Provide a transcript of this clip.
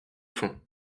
fond